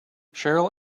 cheryl